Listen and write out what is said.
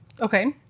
Okay